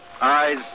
eyes